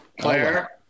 Claire